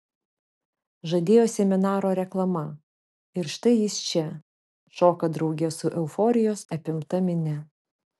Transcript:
žadėjo seminaro reklama ir štai jis čia šoka drauge su euforijos apimta minia